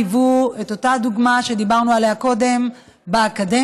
היוו את אותה דוגמה שדיברנו עליה קודם באקדמיה,